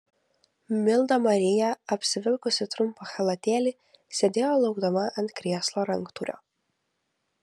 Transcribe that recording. milda marija apsivilkusi trumpą chalatėlį sėdėjo laukdama ant krėslo ranktūrio